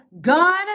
gun